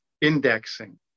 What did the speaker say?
indexing